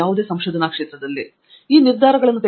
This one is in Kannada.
ಹಾಗಾಗಿ ನೀವು ಈ ನಿರ್ಧಾರವನ್ನು ತೆಗೆದುಕೊಳ್ಳಲು ಪ್ರಯತ್ನಿಸಬೇಕು